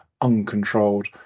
uncontrolled